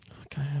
Okay